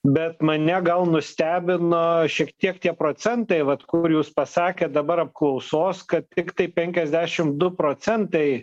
bet mane gal nustebino šiek tiek tie procentai vat kur jūs pasakėt dabar apklausos kad tiktai penkiasdešim du procentai